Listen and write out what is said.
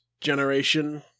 generation